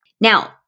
Now